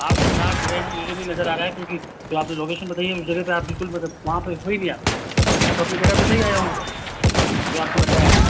आप जहाँ खड़े हैं मुझे नहीं नज़र आ रहा है क्योंकि जो आपने लोकेशन बताई है उस जगह पर आप बिलकुल मतलब वहाँ पर हो ही नहीं आप मैं तो अपनी जगह पर सही आया हूँ जो आपने बताया है